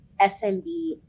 SMB